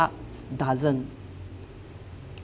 art doesn't